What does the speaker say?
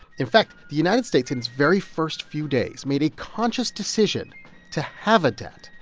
in fact, the united states in its very first few days made a conscious decision to have a debt,